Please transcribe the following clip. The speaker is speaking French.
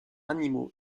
animaux